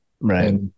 right